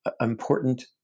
important